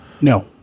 No